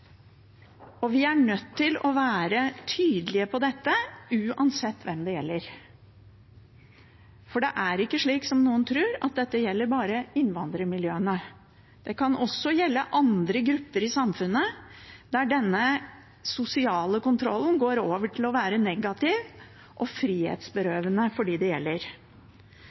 Vi er nødt til å være tydelige på dette, uansett hvem det gjelder, for det er ikke slik som noen tror, at dette gjelder bare innvandrermiljøene. Det kan også gjelde andre grupper i samfunnet der den sosiale kontrollen går over til å være negativ og frihetsberøvende for dem det gjelder.